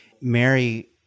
Mary